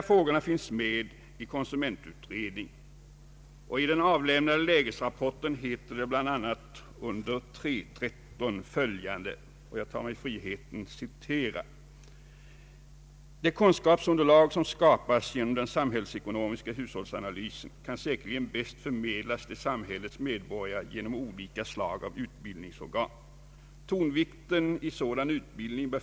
Frågor som hänger samman med den statliga och statsunderstödda konsumentupplysningen utreds för närvarande av konsumentutredningen.